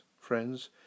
friends